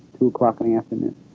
two o'clock in the afternoon